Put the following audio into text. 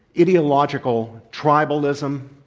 ideological tribalism,